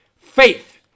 Faith